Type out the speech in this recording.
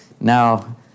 now